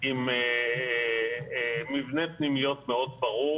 עם מבנה פנימיות ברור.